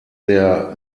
der